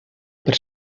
per